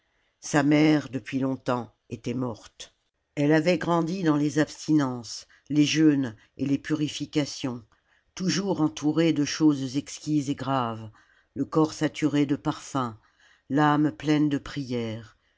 sa mère depuis longtemps était morte elle avait grandi dans les abstinences les jeûnes et les purifications toujours entourée de choses exquises et graves le corps saturé de parfums l'âme pleine de prières